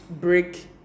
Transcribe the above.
break